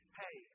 hey